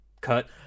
cut